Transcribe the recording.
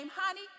honey